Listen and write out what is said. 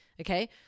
Okay